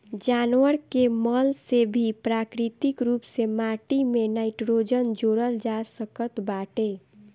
जानवर के मल से भी प्राकृतिक रूप से माटी में नाइट्रोजन जोड़ल जा सकत बाटे